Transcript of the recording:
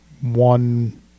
one